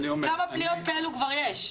כמה פניות כאלו כבר יש?